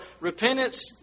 repentance